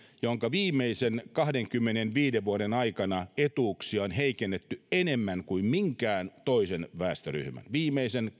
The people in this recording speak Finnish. jonka etuuksia on viimeisen kahdenkymmenenviiden vuoden aikana heikennetty enemmän kuin minkään toisen väestöryhmän viimeisen